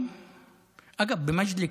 הוא ממג'ד אל-כרום.